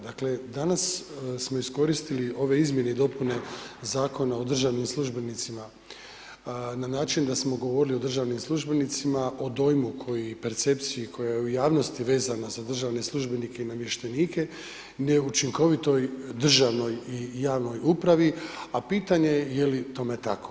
Dakle, danas smo iskoristili ove izmjene i dopune Zakona o državnim službenicima na način da smo govorili o državnim službenicima, o dojmu koji i percepcije koja je u javnosti vezana za državne službenike i namještenike, neučinkovitoj državnoj i javnoj upravi, a pitanje je li tome tako.